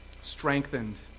strengthened